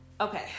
Okay